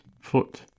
foot